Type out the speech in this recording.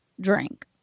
drink